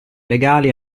legali